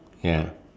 ya